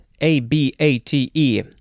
A-B-A-T-E